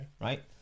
right